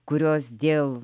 kurios dėl